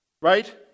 right